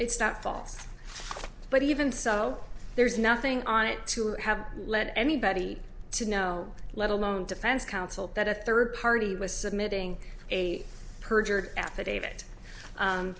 it's not false but even so there is nothing on it to have led anybody to know let alone defense counsel that a third party was submitting a perjured affidavit